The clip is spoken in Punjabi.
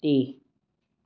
ਤੇ